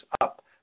up